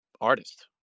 artist